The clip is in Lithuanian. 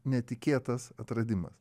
netikėtas atradimas